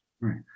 Right